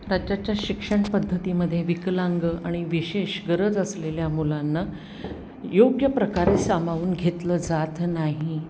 राज्याच्या शिक्षण पद्धतीमध्ये विकलांग आणि विशेष गरज असलेल्या मुलांना योग्य प्रकारे सामावून घेतलं जात नाही